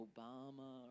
Obama